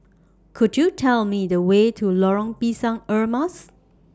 Could YOU Tell Me The Way to Lorong Pisang Emas